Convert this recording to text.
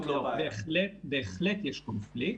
בהחלט יש קונפליקט.